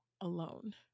alone